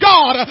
God